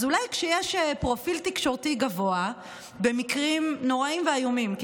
אז אולי כשיש פרופיל תקשורתי גבוה במקרים נוראיים ואיומים,